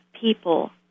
people